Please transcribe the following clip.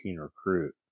recruit